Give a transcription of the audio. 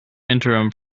interim